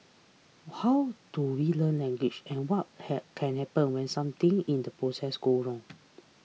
how do we learn language and what ha can happen when something in the process goes wrong